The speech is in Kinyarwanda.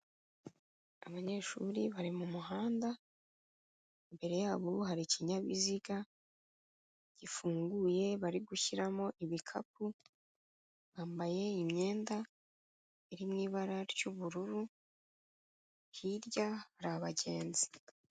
Abanyeshuri bari mu muhanda, imbere yabo hari ikinyabiziga, gifunguye bari gushyiramo ibikapu, bambaye imyenda iri mu ibara ry'ubururu, hirya hari abagenzi.